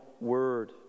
Word